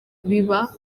biba